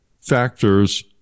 factors